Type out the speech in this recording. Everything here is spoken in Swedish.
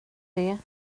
det